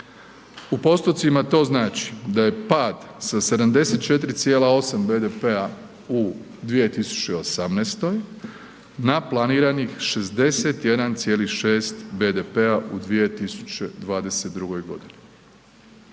U postocima to znači da je pad sa 74,8 BDP-a u 2018. na planiranih 61,6 BDP-a u 2022.g.